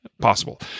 possible